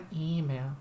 email